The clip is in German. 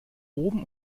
oben